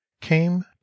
came